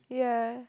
yeah